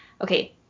Okay